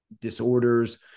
disorders